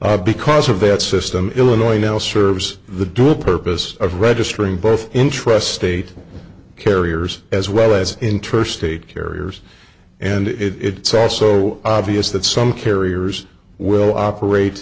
because of that system illinois dell serves the dual purpose of registering both interest state carriers as well as interest state carriers and it's also obvious that some carriers will operate